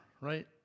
right